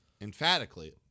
emphatically